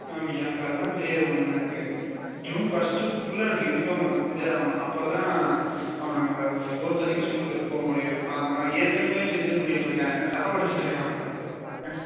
ma'am எனக்கு அதெல்லாம் தெரியாது மேம் எனக்கு ஜூன் ஃபஸ்ட்டுகுள்ளே எனக்கு யூனிஃபார்ம் வந்தே ஆகணும் அப்போதான் அவன் அங்கே ஃபோர்த் அன்றைக்கி ஸ்கூலுக்கு போக முடியும் அவன் ஏற்கனவே டென்ஷன் பண்ணிகிட்ருக்கான் என்ன சாவடிச்சுட்டு இருக்கிறான் அவன்